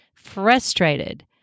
frustrated